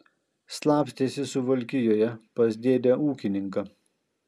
slapstėsi suvalkijoje pas dėdę ūkininką